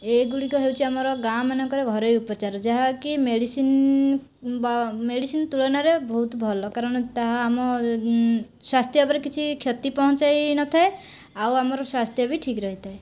ଏଗୁଡ଼ିକ ହେଉଛି ଆମର ଗାଁମାନଙ୍କର ଘରୋଇ ଉପଚାର ଯାହାକି ମେଡିସିନ ମେଡିସିନ ତୁଳନାରେ ବହୁତ ଭଲ କାରଣ ତାହା ଆମ ସ୍ଵାସ୍ଥ୍ୟ ଉପରେ କିଛି କ୍ଷତି ପହଞ୍ଚାଇନଥାଏ ଆଉ ଆମର ସ୍ଵାସ୍ଥ୍ୟ ବି ଠିକ୍ ରହିଥାଏ